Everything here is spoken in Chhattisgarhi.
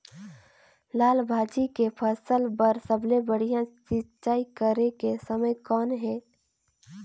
लाल भाजी के फसल बर सबले बढ़िया सिंचाई करे के समय कौन हे?